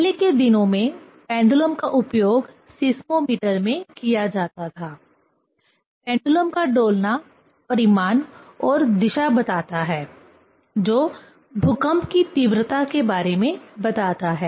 पहले के दिनों में पेंडुलम का उपयोग सीस्मोमीटर में किया जाता था पेंडुलम का डोलना परिमाण और दिशा बताता है जो भूकंप की तीव्रता के बारे में बताता है